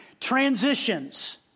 Transitions